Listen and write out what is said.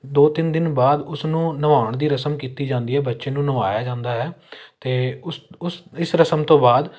ਦੋ ਤਿੰਨ ਦਿਨ ਬਾਅਦ ਉਸ ਨੂੰ ਨਵਾਉਣ ਦੀ ਰਸਮ ਕੀਤੀ ਜਾਂਦੀ ਹੈ ਬੱਚੇ ਨੂੰ ਨਵਾਇਆ ਜਾਂਦਾ ਹੈ ਅਤੇ ਉਸ ਉਸ ਇਸ ਰਸਮ ਤੋਂ ਬਾਅਦ